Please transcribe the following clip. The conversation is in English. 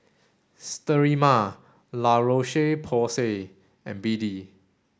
Sterimar La Roche Porsay and B D